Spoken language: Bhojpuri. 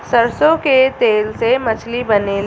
सरसों के तेल से मछली बनेले